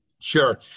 Sure